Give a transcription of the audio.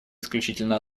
исключительно